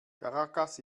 caracas